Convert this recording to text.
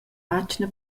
atgna